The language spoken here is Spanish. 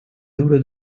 duro